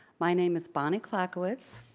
my name is bonnie clackwoods.